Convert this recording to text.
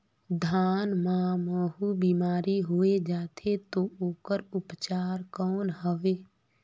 धान मां महू बीमारी होय जाथे तो ओकर उपचार कौन हवे?